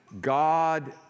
God